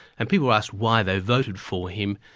and people asked why they voted for him,